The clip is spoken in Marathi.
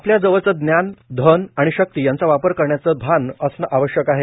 आपल्या जवळचे ज्ञानए धन आणि शक्ती यांचा वापर करण्याचे भान असणे आवश्यक आहे